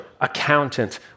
accountant